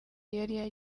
yari